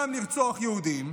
גם לרצוח יהודים,